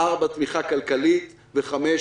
4) תמיכה כלכלית למשפחות לילדים עם צרכים מיוחדים.